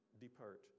depart